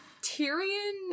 Tyrion